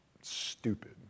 stupid